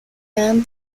han